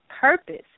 purpose